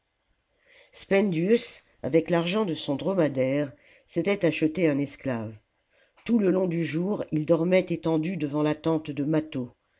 spendius avec l'argent de son dromadaire s'était acheté un esclave tout le long du jour il dormait étendu devant la tente de mâtho